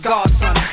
Godson